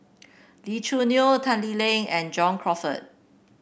Lee Choo Neo Tan Lee Leng and John Crawfurd